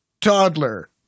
toddler